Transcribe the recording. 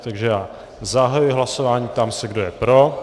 Takže já zahajuji hlasování, ptám se, kdo je pro.